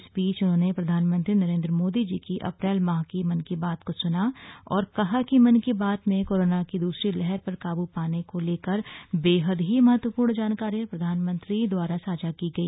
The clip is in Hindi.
इस बीच उन्होंने प्रधानमंत्री नरेंद्र मोदी जी की अप्रैल माह की मन की बात को सुना और कहा कि मन की बात में कोरोना की दूसरी लहर पर काबू पाने को लेकर बेहद ही महत्वपूर्ण जानकारियां प्रधानमंत्री द्वारा साझा की गई